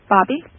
Bobby